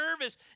nervous